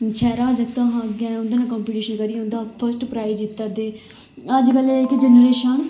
शैह्रा जागतें कशा अग्गैं उं'दे नै कम्पीटीशन करियै उं'दे शा फर्स्ट प्राईज जित्ता दे अजकल्लै दी जेह्ड़ी जनरेशनां न